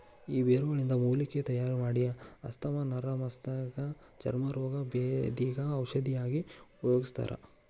ಈ ಬೇರುಗಳಿಂದ ಮೂಲಿಕೆ ತಯಾರಮಾಡಿ ಆಸ್ತಮಾ ನರದಸಮಸ್ಯಗ ಚರ್ಮ ರೋಗ, ಬೇಧಿಗ ಔಷಧಿಯಾಗಿ ಉಪಯೋಗಿಸ್ತಾರ